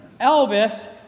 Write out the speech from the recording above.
Elvis